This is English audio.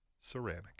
Ceramic